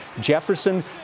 Jefferson